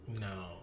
No